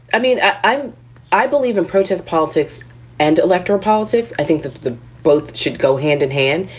i mean, i'm i believe in protest politics and electoral politics. i think that the both should go hand-in-hand.